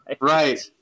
Right